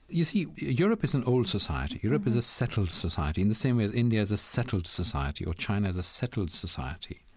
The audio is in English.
you see, europe is an old society. europe is a settled society in the same way that india is a settled society or china is a settled society.